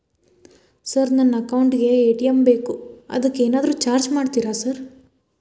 Sir ನನ್ನ account ಗೇ ATM ಬೇಕು ಅದಕ್ಕ ಏನಾದ್ರು ಚಾರ್ಜ್ ಮಾಡ್ತೇರಾ ಸರ್?